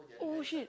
oh shit